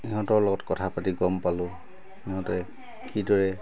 সিহঁতৰ লগত কথা পাতি গম পালোঁ সিহঁতে কি দৰে